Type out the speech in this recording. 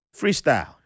Freestyle